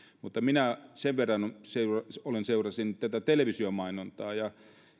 mutta minä jonkin verran seurasin tätä televisiomainontaa ja